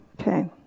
Okay